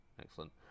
excellent